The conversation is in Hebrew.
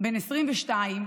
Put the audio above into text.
בן 22,